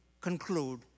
conclude